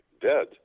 dead